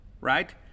right